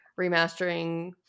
remastering